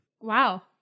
Wow